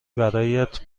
برات